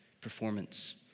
performance